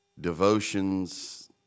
devotions